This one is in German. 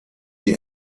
die